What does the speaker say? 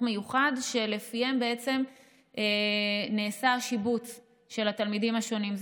מיוחד שלפיהם נעשה השיבוץ של התלמידים השונים.